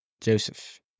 Joseph